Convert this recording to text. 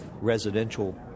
residential